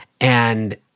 And-